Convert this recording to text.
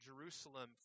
Jerusalem